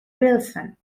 wilson